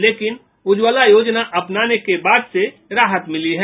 लेकिन उज्ज्वला योजना आने के बाद से राहत मिली है